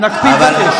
הכול רלוונטי.